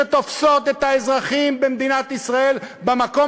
שתופסות את האזרחים במדינת ישראל במקום